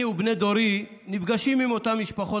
אני ובני דורי נפגשים עם אותן משפחות